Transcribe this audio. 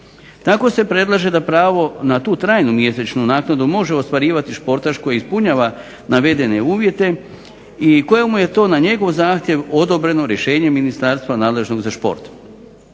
Tako se predlaže da pravo na tu trajnu mjesečnu naknadu može ostvarivati športaš koji ispunjava navedene uvjete i kojemu je to na njegov zahtjev odobreno rješenjem Ministarstva nadležnost za šport.